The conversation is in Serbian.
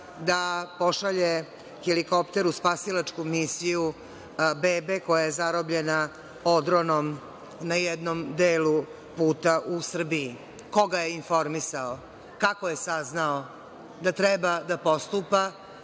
da pošalje helikopter u spasilačku misiju bebe koja je zarobljena odronom na jednom delu puta u Srbiji? Ko ga je informisao? Kako je saznao da treba da postupa